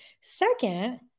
Second